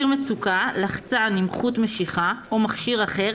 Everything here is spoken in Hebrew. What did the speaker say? מצוקה" לחצן עם חוט משיכה או מכשיר אחר,